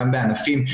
גם בענפים.